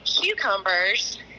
cucumbers